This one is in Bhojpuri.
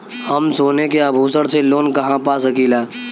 हम सोने के आभूषण से लोन कहा पा सकीला?